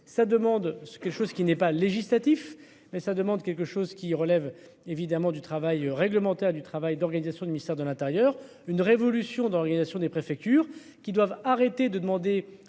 sa demande ce quelque chose qui n'est pas législatif mais ça demande quelque chose qui relève évidemment du travail réglementaire du travail d'organisation de ministère de l'Intérieur, une révolution dans l'organisation des préfectures qui doivent arrêter de demander